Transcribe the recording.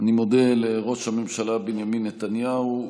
אני מודה לראש הממשלה בנימין נתניהו.